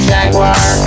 Jaguar